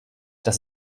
das